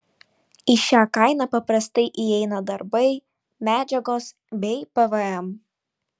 į šią kainą paprastai įeina darbai medžiagos bei pvm